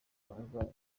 abarwayi